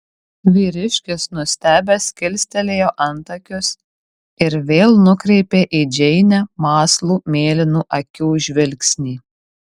vyriškis nustebęs kilstelėjo antakius ir vėl nukreipė į džeinę mąslų mėlynų akių žvilgsnį